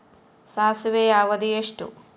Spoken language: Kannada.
ಸಾಸಿವೆಯ ಅವಧಿ ಎಷ್ಟು?